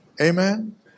Amen